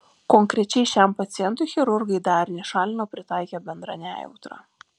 konkrečiai šiam pacientui chirurgai darinį šalino pritaikę bendrą nejautrą